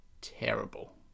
terrible